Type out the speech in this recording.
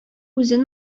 үзен